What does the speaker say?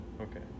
Okay